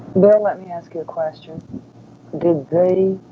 bill, let me ask you a question did they